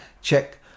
check